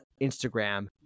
Instagram